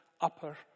upper